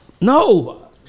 No